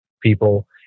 people